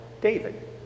David